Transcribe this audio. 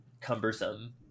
cumbersome